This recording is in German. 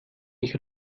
ich